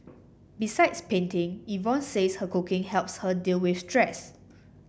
besides painting Yvonne says a cooking helps her deal with stress